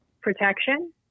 protection